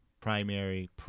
primary